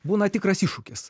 būna tikras iššūkis